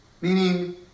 meaning